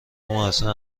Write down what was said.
موثر